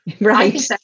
Right